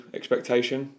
expectation